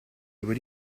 über